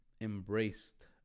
embraced